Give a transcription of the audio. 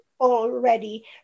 already